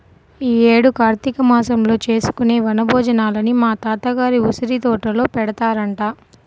యీ యేడు కార్తీక మాసంలో చేసుకునే వన భోజనాలని మా తాత గారి ఉసిరితోటలో పెడతారంట